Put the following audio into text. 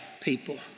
people